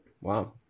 wow